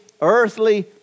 earthly